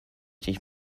dich